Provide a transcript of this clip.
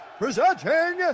presenting